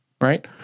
Right